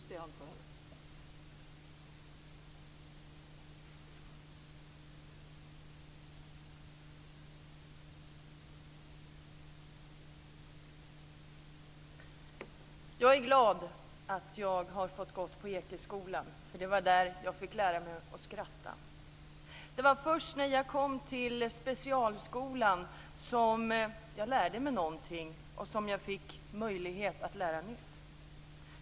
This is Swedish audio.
Fru talman! Jag är glad att jag har fått gå på Ekeskolan, för det var där som jag fick lära mig att skratta. Det var först när jag kom till specialskolan som jag lärde mig någonting och som jag fick möjlighet att lära nytt.